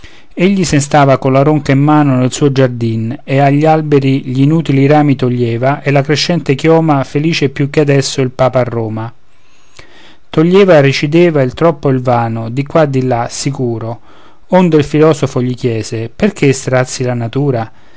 egli sen stava colla ronca in mano nel suo giardin e agli alberi gl'inutili rami toglieva e la crescente chioma felice più che adesso il papa a roma toglieva recideva il troppo e il vano di qua di là sicuro onde il filosofo gli chiese perché strazi la natura